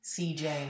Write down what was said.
CJ